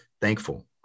thankful